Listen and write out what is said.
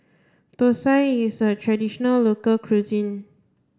Thosai is a traditional local cuisine